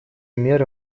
меры